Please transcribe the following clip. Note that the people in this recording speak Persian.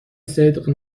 صدق